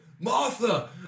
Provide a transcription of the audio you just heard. Martha